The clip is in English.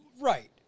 Right